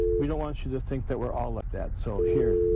we don't want you to think that we're all like that so here,